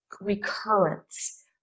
recurrence